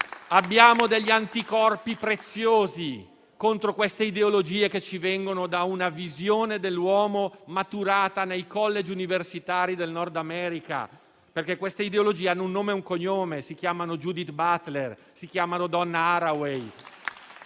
abbiamo degli anticorpi preziosi contro queste ideologie che ci vengono da una visione dell'uomo maturata nei *college* universitari del Nord America. Perché queste ideologie hanno un nome e un cognome: si chiamano Judith Butler, si chiamano Donna Haraway,